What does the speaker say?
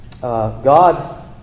God